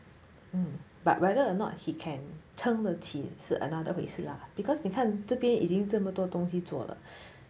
but whether or not he can 撑得起是 another 回事 lah because 你看这边已经这么多东西做了